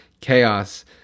chaos